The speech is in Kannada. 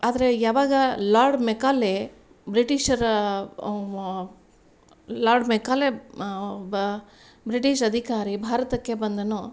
ಆದರೆ ಯಾವಾಗ ಲಾರ್ಡ್ ಮೆಕಾಲೆ ಬ್ರಿಟಿಷರ ಲಾರ್ಡ್ ಮೆಕಾಲೆ ಬ ಬ್ರಿಟಿಷ್ ಅಧಿಕಾರಿ ಭಾರತಕ್ಕೆ ಬಂದನೋ